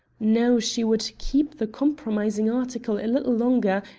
no, she would keep the compromising article a little longer,